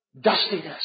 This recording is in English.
Dustiness